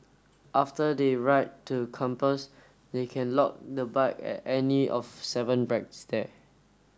after they ride to campus they can lock the bike at any of seven racks there